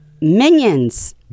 Minions